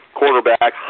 quarterback